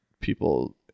people